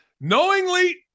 Knowingly